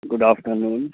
good after noon